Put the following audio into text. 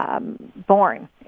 Born